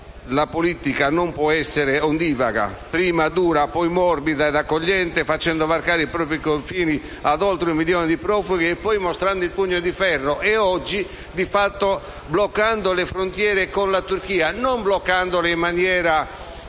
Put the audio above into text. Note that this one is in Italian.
la politica non può essere ondivaga: prima dura, poi morbida e accogliente, facendo varcare i propri confini ad oltre un milione di profughi, e poi mostrando il pugno di ferro e, oggi, di fatto, bloccando le frontiere con la Turchia, non in maniera